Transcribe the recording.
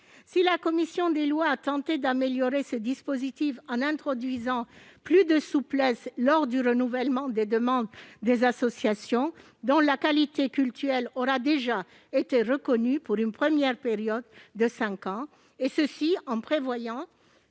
Si la commission des lois a tenté d'améliorer le dispositif, en introduisant plus de souplesse lors du renouvellement des demandes des associations dont la qualité cultuelle aura déjà été reconnue pour une première période de cinq ans, et cela en prévoyant